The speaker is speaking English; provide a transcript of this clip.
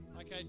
Okay